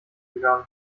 gegangen